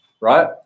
right